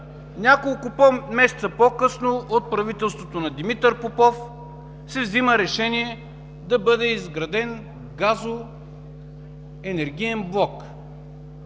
няколко месеца по-късно, от правителството на Димитър Попов се взима решение да бъде изграден газоенергиен блок,